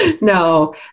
No